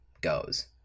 goes